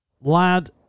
lad